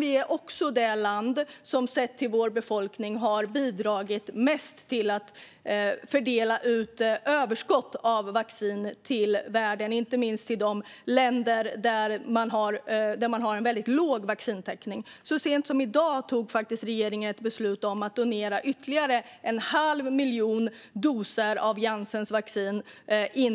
Vi är också det land som sett till vår befolkning har bidragit mest till att fördela överskott av vaccin ut i världen, inte minst till länder där man har väldigt låg vaccintäckning. Så sent som i dag fattade regeringen beslut om att donera ytterligare en halv miljon doser av Janssens vaccin